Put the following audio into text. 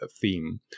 theme